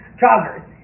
joggers